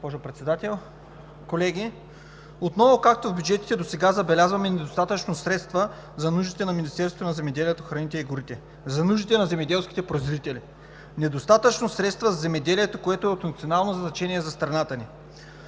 отново, както в бюджетите досега, забелязваме недостатъчно средства за нуждите на Министерството на земеделието, храните и горите, за нуждите на земеделските производители – недостатъчно средства за земеделието, което е от национално значение за страната ни.